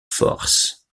force